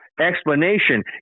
explanation